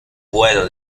puedo